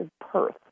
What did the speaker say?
Perth